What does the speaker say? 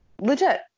Legit